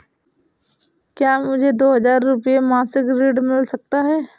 क्या मुझे दो हज़ार रुपये मासिक ऋण मिल सकता है?